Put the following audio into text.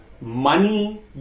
money